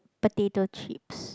potato chips